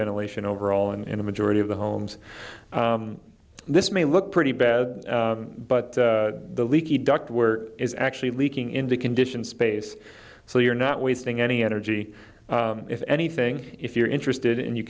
ventilation overall and the majority of the homes this may look pretty bad but the leaky duct where is actually leaking into condition space so you're not wasting any energy if anything if you're interested in you